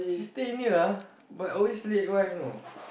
she stay near ah but always late [one] you know